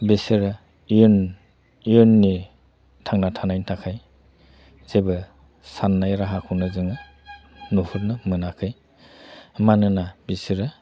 बिसोरो इयुननि थांना थानायनि थाखाय जेबो साननाय राहाखौनो जोङो नुहरनो मोनाखै मानोना बिसोरो